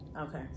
Okay